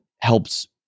helps